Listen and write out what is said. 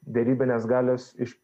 derybinės galios iš